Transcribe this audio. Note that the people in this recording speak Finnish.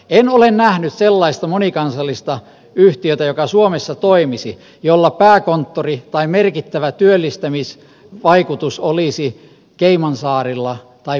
en ole nähnyt sellaista monikansallista yhtiötä joka suomessa toimisi ja jolla pääkonttori tai merkittävä työllistämisvaikutus olisi caymansaarilla tai bahamalla